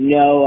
no